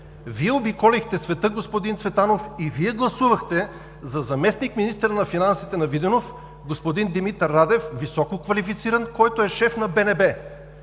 Вие обиколихте света, господин Цветанов, и Вие гласувахте за заместник-министър на финансите на Виденов господин Димитър Радев – високо квалифициран, който е шеф на БНБ.